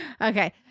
Okay